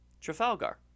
trafalgar